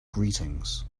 greetings